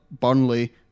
Burnley